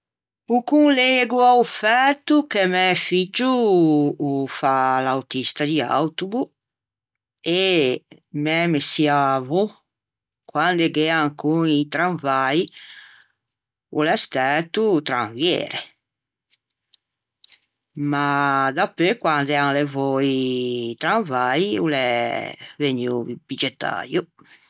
O conlëgo a-o fæto che mæ figgio o fa l'autista di autobo e mæ messiavo quande gh'ea ancon i tranvai o l'é stæto tranviere ma da dapeu quande an levou i tranvai o l'é vegnuo biggettäio.